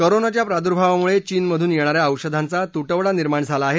कोरोनाच्या प्रादुर्भावामुळे चीनमधून येणाऱ्या औषधांचा तु बिडा निर्माण झाला आहे